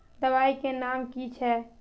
दबाई के नाम की छिए?